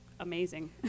Amazing